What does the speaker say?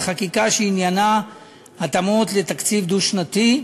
וחקיקה שעניינה התאמות לתקציב דו-שנתי.